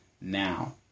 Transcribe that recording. now